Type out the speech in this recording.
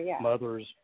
mothers